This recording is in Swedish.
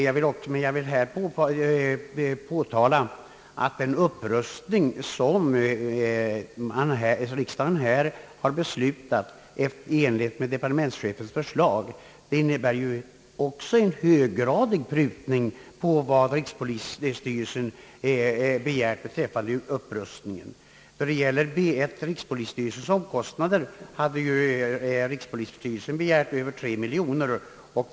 Jag vill också erinra om att den upprustning, som riksdagen nu behandlat i enlighet med departementschefens förslag, innebär en höggradig prutning på vad rikspolisstyrelsen begärt i fråga om denna upprustning. Vad beträffar punkten rikspolisstyrelsens omkostnader hade ju styrelsen begärt över 3 miljoner kronor.